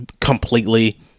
completely